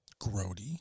grody